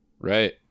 Right